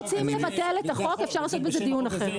אם אתם רוצים לבטל את החוק אפשר לדבר על זה בדיון אחר.